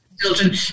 children